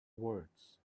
words